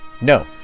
No